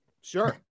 Sure